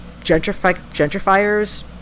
gentrifiers